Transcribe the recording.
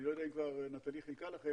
אני לא יודע אם כבר נטלי חילקה לכם,